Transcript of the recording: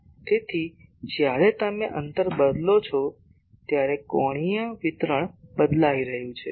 તેથી જ્યારે તમે અંતર બદલો છો ત્યારે કોણીય વિતરણ બદલાઈ રહ્યું છે